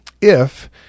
if-